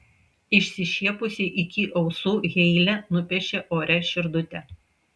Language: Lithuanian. išsišiepusi iki ausų heile nupiešė ore širdutę